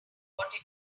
what